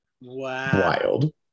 Wild